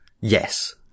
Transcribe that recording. Yes